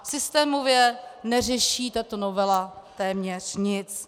A systémově neřeší tato novela téměř nic.